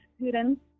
students